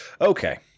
Okay